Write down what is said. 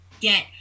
get